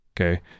Okay